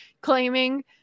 claiming